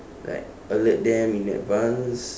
like alert them in advance